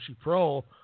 Pro